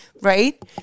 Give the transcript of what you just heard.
right